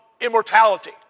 immortality